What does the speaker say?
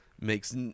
makes